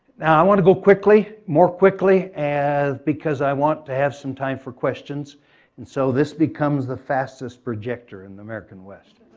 now i want to go quickly, more quickly, because i want to have some time for questions and so this becomes the fastest projector in the american west.